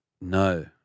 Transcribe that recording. No